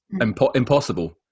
impossible